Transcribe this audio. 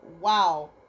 Wow